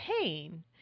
pain